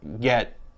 get